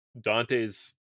Dante's